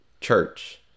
church